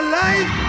life